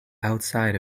outside